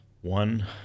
One